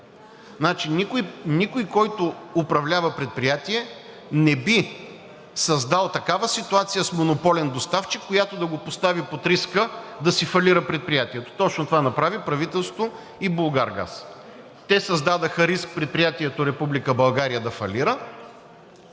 колеги! Никой, който управлява предприятие, не би създал такава ситуация с монополен доставчик, която да го постави под риска да си фалира предприятието. Точно това направи правителството и „Булгаргаз“. Те създадоха риск предприятието Република